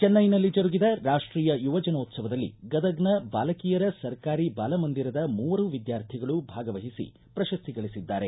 ಚಿನ್ನೈನಲ್ಲಿ ಜರುಗಿದ ರಾಷ್ಟೀಯ ಯುವ ಜನೋತ್ಸವದಲ್ಲಿ ಗದಗ್ನ ಬಾಲಕಿಯರ ಸರ್ಕಾರಿ ಬಾಲ ಮಂದಿರದ ಮೂವರು ವಿದ್ಯಾರ್ಥಿಗಳು ಭಾಗವಹಿಸಿ ಪ್ರಶಸ್ತಿ ಗಳಿಸಿದ್ದಾರೆ